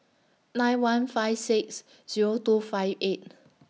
nine one five six Zero two five eight